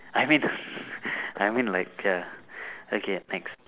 I mean I mean like uh okay next